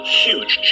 huge